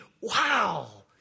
wow